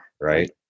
right